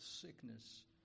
sickness